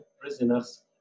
prisoners